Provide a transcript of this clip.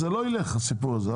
זה לא ילך הסיפור הזה,